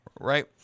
right